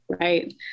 right